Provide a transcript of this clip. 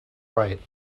write